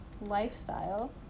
lifestyle